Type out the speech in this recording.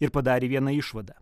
ir padarė vieną išvadą